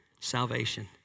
salvation